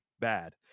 bad